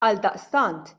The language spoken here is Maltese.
għaldaqstant